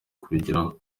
kubigeraho